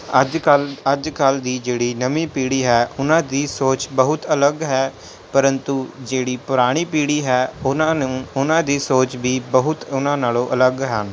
ਅੱਜ ਕੱਲ੍ਹ ਅੱਜ ਕੱਲ੍ਹ ਦੀ ਜਿਹੜੀ ਨਵੀਂ ਪੀੜ੍ਹੀ ਹੈ ਉਹਨਾਂ ਦੀ ਸੋਚ ਬਹੁਤ ਅਲੱਗ ਹੈ ਪਰੰਤੂ ਜਿਹੜੀ ਪੁਰਾਣੀ ਪੀੜ੍ਹੀ ਹੈ ਉਹਨਾਂ ਨੂੰ ਉਹਨਾਂ ਦੀ ਸੋਚ ਵੀ ਬਹੁਤ ਉਹਨਾਂ ਨਾਲੋਂ ਅਲੱਗ ਹਨ